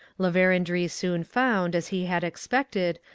la verendrye soon found, as he had expected,